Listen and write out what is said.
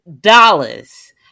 dollars